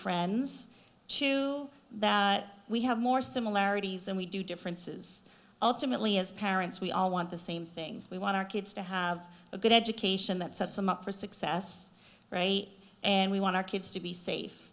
friends too that we have more similarities than we do differences ultimately as parents we all want the same thing we want our kids to have a good education that sets them up for success rate and we want our kids to be safe